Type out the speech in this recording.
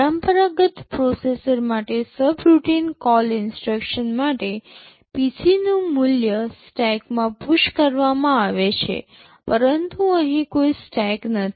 પરંપરાગત પ્રોસેસર માટે subroutine call instructions માટે PC નું મૂલ્ય સ્ટેકમાં પુશ કરવામાં આવે છે પરંતુ અહીં કોઈ સ્ટેક નથી